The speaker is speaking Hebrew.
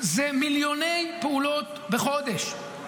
זה מיליוני פעולות בחודש.